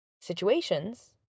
situations